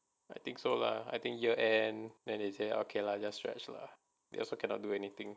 I think so lah I think year end then they say okay lah just stretch lah they also cannot do anything